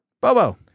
Bobo